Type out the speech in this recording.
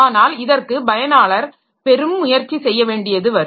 ஆனால் இதற்கு பயனாளர் பெரும் முயற்சி செய்ய வேண்டியது வரும்